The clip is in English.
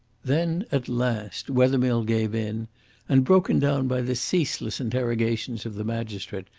then at last wethermill gave in and, broken down by the ceaseless interrogations of the magistrate,